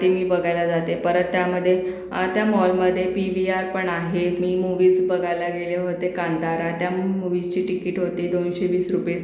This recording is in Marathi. टी वी बघायला जाते परत त्यामधे त्या मॉलमधे पी वी आरपण आहे मी मूवीज बघायला गेले होते कांतारा त्या मू मूवीचे तिकीट होते दोनशे वीस रुपे